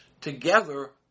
together